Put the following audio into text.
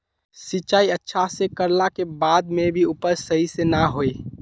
सिंचाई अच्छा से कर ला के बाद में भी उपज सही से ना होय?